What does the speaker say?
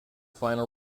final